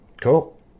cool